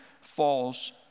falls